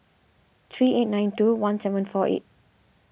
three eight nine two one seven four eight